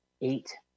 eight